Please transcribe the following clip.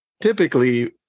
typically